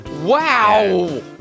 Wow